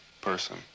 person